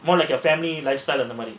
more like their family lifestyle or the money